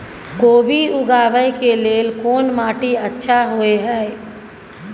कोबी उगाबै के लेल कोन माटी अच्छा होय है?